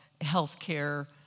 healthcare